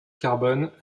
carbone